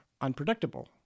unpredictable